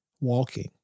walking